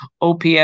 OPS